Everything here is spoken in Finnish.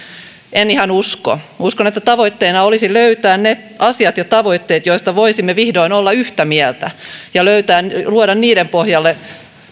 en ihan usko uskon että tavoitteena olisi löytää ne asiat ja tavoitteet joista voisimme vihdoin olla yhtä mieltä ja luoda niiden pohjalle